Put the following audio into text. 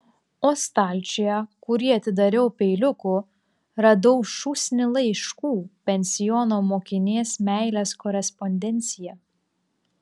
o stalčiuje kurį atidariau peiliuku radau šūsnį laiškų pensiono mokinės meilės korespondenciją